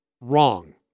wrong